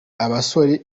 abasore